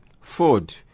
Ford